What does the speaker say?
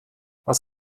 was